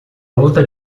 luta